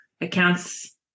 accounts